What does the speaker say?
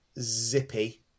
Zippy